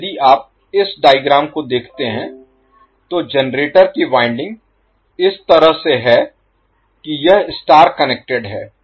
तो यदि आप इस डायग्राम को देखते हैं तो जनरेटर की वाइंडिंग इस तरह से है कि यह स्टार कनेक्टेड है